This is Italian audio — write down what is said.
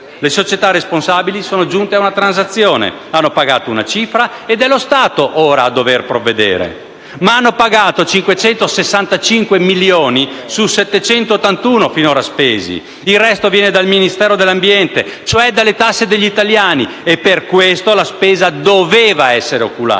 le società responsabili sono giunte ad una transazione, hanno pagato una cifra ed è lo Stato, ora, a dover provvedere. Ma hanno pagato 565 milioni sui 781 finora spesi; il resto viene dal Ministero dell'ambiente, cioè dalle tasse degli italiani, e per questo la spesa doveva essere oculata.